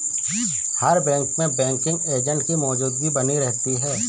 हर bank में banking agent की मौजूदगी बनी रहती है